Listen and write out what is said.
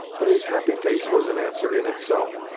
but his happy face was an answer in itself.